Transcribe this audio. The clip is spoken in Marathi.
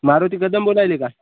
मारुती कदम बोलायले का